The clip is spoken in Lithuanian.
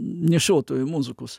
nešiotojui muzikos